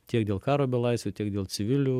tiek dėl karo belaisvių tiek dėl civilių